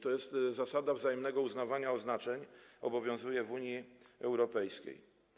To jest zasada wzajemnego uznawania oznaczeń, obowiązuje w Unii Europejskiej.